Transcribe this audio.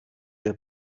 der